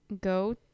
go